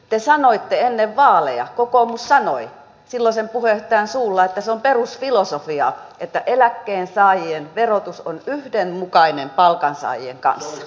te sanoitte ennen vaaleja kokoomus sanoi silloisen puheenjohtajan suulla että se on perusfilosofia että eläkkeensaajien verotus on yhdenmukainen palkansaajien kanssa